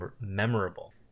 memorable